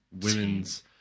women's